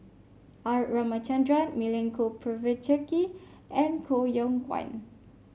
R Ramachandran Milenko Prvacki and Koh Yong Guan